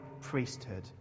priesthood